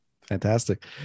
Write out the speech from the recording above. Fantastic